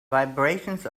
vibrations